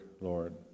Lord